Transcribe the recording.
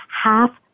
half